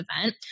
event